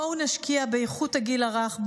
בואו נשקיע באיכות הגיל הרך.